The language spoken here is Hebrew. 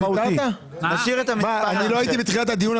אני לא הייתי בתחילת הדיון,